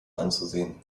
anzusehen